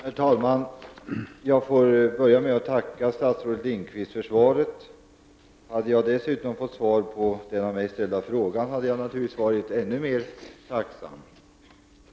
Herr talman! Jag vill till en början tacka statsrådet för svaret. Hade jag dessutom fått svar på den av mig ställda frågan, skulle jag naturligtvis vara ännu mer tacksam.